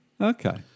Okay